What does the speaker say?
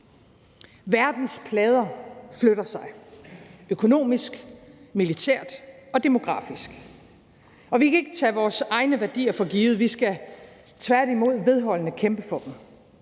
Verdens plader flytter sig økonomisk, militært og demografisk. Og vi kan ikke tage vores egne værdier for givet. Vi skal tværtimod vedholdende kæmpe for dem